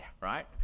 right